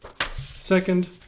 Second